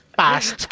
past